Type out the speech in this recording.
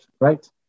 right